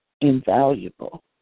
invaluable